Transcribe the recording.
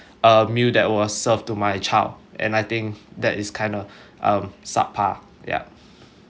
uh meal that was serve to my child and I think that is kind of um sub par yup